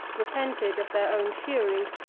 repented of their own fury,